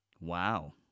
Wow